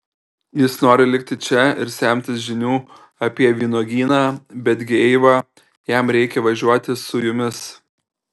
jis nori likti čia ir semtis žinių apie vynuogyną betgi eiva jam reikia važiuoti su jumis